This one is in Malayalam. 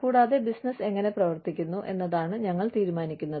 കൂടാതെ ബിസിനസ്സ് എങ്ങനെ പ്രവർത്തിക്കുന്നു എന്നതാണ് ഞങ്ങൾ തീരുമാനിക്കുന്നത്